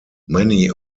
many